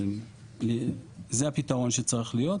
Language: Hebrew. שצריך להיות.